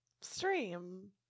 Stream